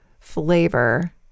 flavor